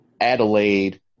Adelaide